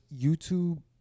YouTube